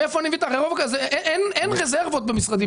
בדרך כלל אין רזרבות במשרדים